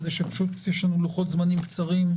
פשוט יש לנו לוחות זמנים קצרים,